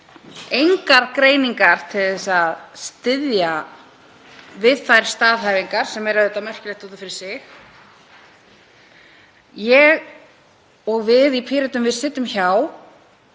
engar greiningar til að styðja við þær staðhæfingar, sem er auðvitað merkilegt út af fyrir sig. Við í Pírötum sitjum hjá.